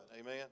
Amen